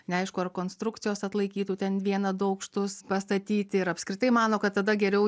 neaišku ar konstrukcijos atlaikytų ten vieną du aukštus pastatyti ir apskritai mano kad tada geriau